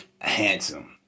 handsome